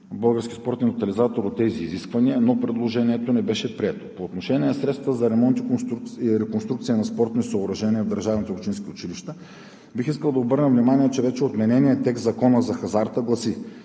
Българския спортен тотализатор от тези изисквания, но предложението не беше прието. По отношение на средствата за ремонт и реконструкция на спортни съоръжения в държавните и общинските училища, бих искал да обърна внимание, че вече отмененият текст в Закона за хазарта гласи: